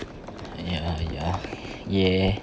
ya ya ya